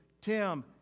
tim